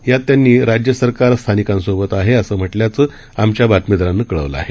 यातत्यांनीराज्यसरकारस्थानिकांसोबतआहे असंम्हटल्याचंआमच्याबातमीदारानंकळवलंआहे